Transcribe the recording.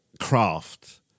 craft